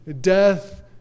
death